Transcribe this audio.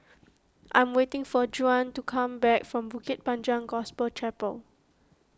I am waiting for Juan to come back from Bukit Panjang Gospel Chapel